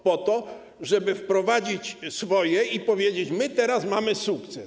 Po to, żeby wprowadzić swoje i powiedzieć: my teraz mamy sukces.